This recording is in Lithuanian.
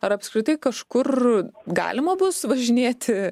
ar apskritai kažkur galima bus važinėti